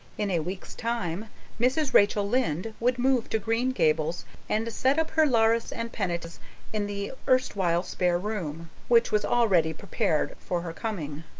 in a week's time mrs. rachel lynde would move to green gables and set up her lares and penates in the erstwhile spare room, which was already prepared for her coming.